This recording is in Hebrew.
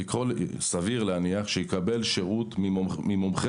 סביר להניח שחייל צה"ל יקבל שירות ממומחה